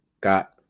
got